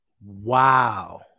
Wow